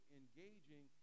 engaging